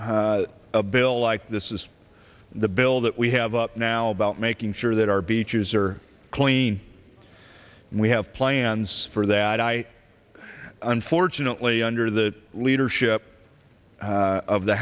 a bill like this is the bill that we have up now about making sure that our beaches are clean and we have plans for that i unfortunately under the leadership of the